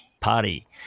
party